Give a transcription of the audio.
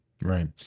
Right